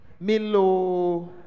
Milo